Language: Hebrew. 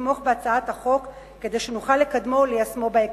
לתמוך בהצעת החוק כדי שנוכל לקדמה וליישמה בהקדם.